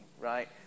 right